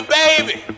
baby